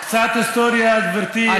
קצת היסטוריה, גברתי ענת ברקו.